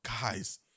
Guys